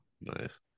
Nice